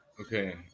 Okay